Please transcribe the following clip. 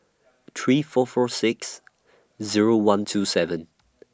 three four four six Zero one two seven